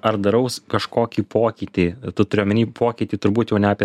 ar daraus kažkokį pokytį tu turi omeny pokytį turbūt jau ne apie